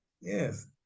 yes